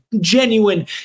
genuine